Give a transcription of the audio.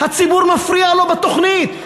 הציבור מפריע לו בתוכנית.